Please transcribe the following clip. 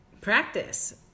practice